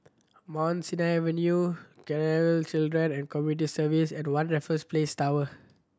Mount Sinai Avenue Children and Community Service and One Raffles Place Tower